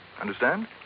Understand